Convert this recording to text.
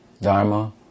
dharma